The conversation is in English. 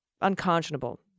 unconscionable